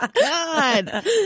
God